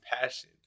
passion